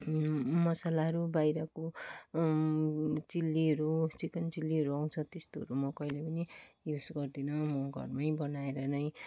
मसालाहरू बाहिरको चिल्लीहरू चिकन चिल्लीहरू आउँछ त्यस्तोहरू म कहिले पनि युज गर्दिन म घरमै बनाएर नै